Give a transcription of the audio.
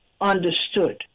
understood